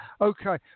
Okay